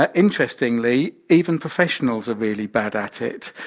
ah interestingly, even professionals are really bad at it.